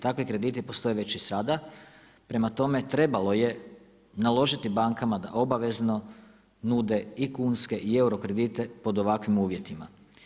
Takvi kredite već postoje već i sada, prema tome trebalo je naložiti bankama da obavezno nude i kunske i euro kredite pod ovakvim uvjetima.